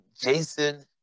Jason